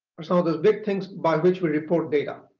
are some of the big things by which we report data.